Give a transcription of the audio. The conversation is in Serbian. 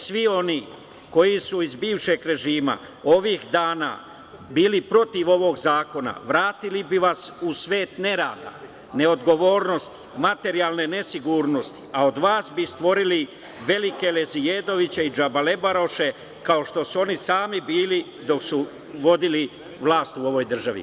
Svi oni koji su iz bivšeg režima ovih dana bili protiv ovog zakona vratili bi vas u svet nerada, neodgovornosti, materijalne nesigurnosti, a od vas bi stvorili velike lezijedoviće i džabalebaroše, kao što su oni sami bili dok su vodili vlast u ovoj državi.